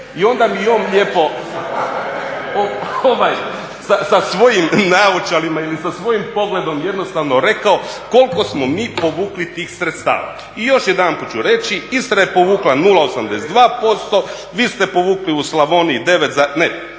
i onda mi je on lijepo sa svojim naočalama ili sa svojim pogledom jednostavno rekao koliko smo mi povukli tih sredstava. I još jedanput ću reći Istra je povukla 0,82%, vi ste povukli u Slavoniji 9, ne